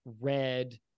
red